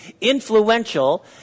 influential